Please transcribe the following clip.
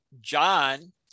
John